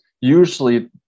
usually